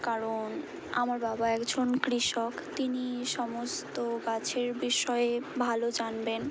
কারণ আমার বাবা একজন কৃষক তিনি সমস্ত গাছের বিষয়ে ভালো জানবেন